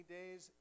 days